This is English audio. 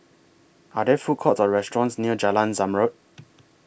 Are There Food Courts Or restaurants near Jalan Zamrud